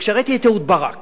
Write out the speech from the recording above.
כשראיתי את אהוד ברק